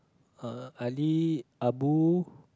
uh Ali Abu